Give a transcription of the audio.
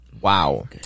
Wow